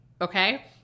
okay